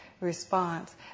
response